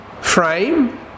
frame